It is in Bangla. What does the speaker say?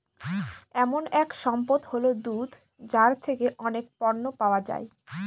এমন এক সম্পদ হল দুধ যার থেকে অনেক পণ্য পাওয়া যায়